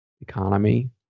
economy